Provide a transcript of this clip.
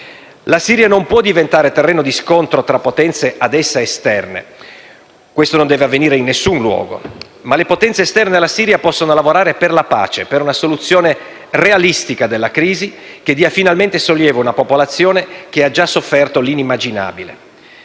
La Siria non può diventare terreno di scontro tra potenze ad essa esterne (questo non deve avvenire in nessun luogo), ma le potenze esterne alla Siria possono lavorare per la pace, per una soluzione realistica della crisi che dia finalmente sollievo a una popolazione che ha già sofferto l'inimmaginabile.